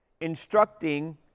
instructing